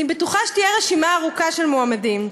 אני בטוחה שתהיה רשימה ארוכה של מועמדים.